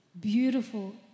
beautiful